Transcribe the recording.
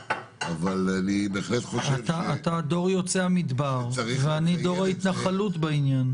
אבל אני בהחלט חושב --- אתה דור יוצא המדבר ואני דור ההתנחלות בעניין.